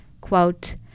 Quote